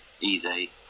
easy